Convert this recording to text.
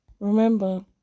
Remember